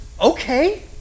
okay